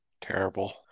Terrible